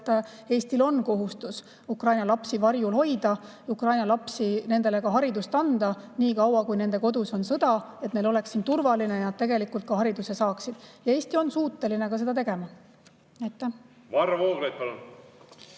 et Eestil on kohustus Ukraina lapsi varjul hoida ja neile ka haridust anda nii kaua, kui nende kodus on sõda, et neil oleks siin turvaline ja nad ka hariduse saaksid. Ja Eesti on suuteline ka seda tegema. Aitäh!